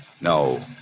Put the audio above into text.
No